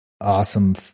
awesome